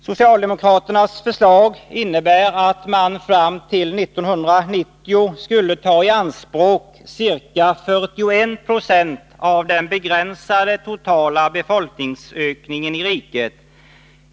Socialdemokraternas förslag innebär att man fram till 1990 skulle ta i anspråk ca 41 76 av den begränsade totala befolkningsökningen i riket.